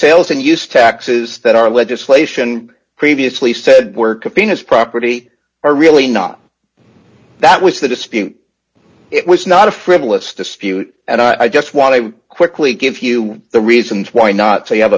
sales and use taxes that our legislation previously said we're keeping as property are really not that was the dispute it was not a frivolous dispute and i just want to quickly give you the reasons why not so you have